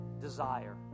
desire